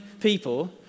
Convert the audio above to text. people